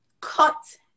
cut